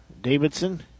Davidson